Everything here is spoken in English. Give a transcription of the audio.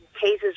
cases